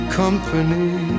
company